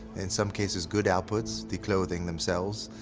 in some cases good outputs, the clothing themselves,